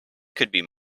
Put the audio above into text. could